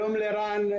שלום לרן,